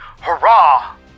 Hurrah